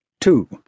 two